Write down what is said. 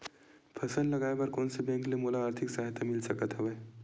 फसल लगाये बर कोन से बैंक ले मोला आर्थिक सहायता मिल सकत हवय?